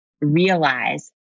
realize